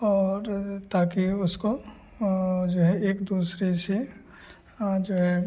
और ताकी उसको और जो है एक दूसरे से जो है